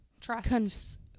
trust